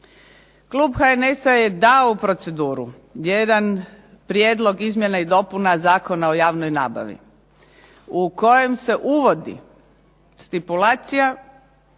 Klub HNS-a je dao u proceduru jedan prijedlog izmjena i dopuna Zakona o javnoj nabavi u kojem se uvodi stipulacija